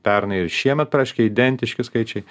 pernai ir šiemet praktiškai identiški skaičiai